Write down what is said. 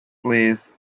plays